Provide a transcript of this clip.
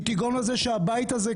היא תגרום לזה שהבית הזה,